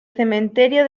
cementerio